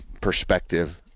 perspective